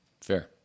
Fair